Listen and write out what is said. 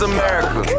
America